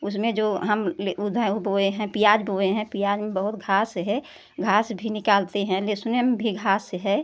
उसमें जो हम उधेहूँ बोए हैं प्याज़ बोए हैं पियाज में बहुत घास है घास भी निकालते हैं लहसुन में भी घास है